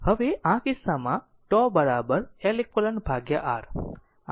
હવે આ કિસ્સામાં τ LeqR